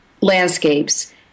landscapes